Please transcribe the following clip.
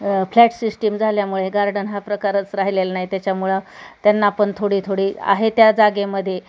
flat system झाल्यामुळे garden हा प्रकारच राहिलेला नाही त्याच्यामुळे त्यांना पण थोडी थोडी आहे त्या जागेमध्ये